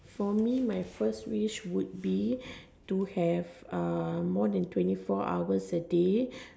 for me my first wish would be to be to have more than twenty four hours a day